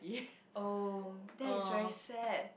oh that is very sad